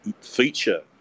feature